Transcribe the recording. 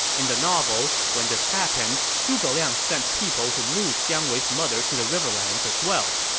and the novel, when this happened, zhuge liang sent people to move jiang wei's mother to the riverlands as well.